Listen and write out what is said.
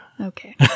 Okay